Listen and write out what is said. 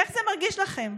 איך זה מרגיש לכם?